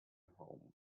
home